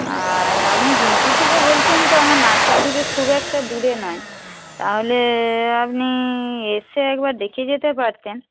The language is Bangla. আর আপনি বিনপুর থেকে বলছেন তো আমার নার্সারি থেকে খুব একটা দূরে নয় তাহলে আপনি এসে একবার দেখে যেতে পারতেন